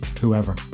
whoever